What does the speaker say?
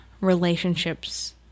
relationships